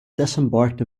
disembarked